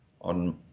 on